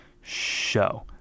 show